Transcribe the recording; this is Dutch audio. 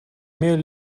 meer